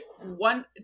one